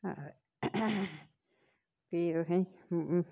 फ्ही तुसेंगी